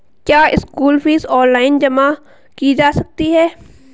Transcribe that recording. क्या school fees online जमा की जा सकती है?